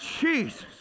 Jesus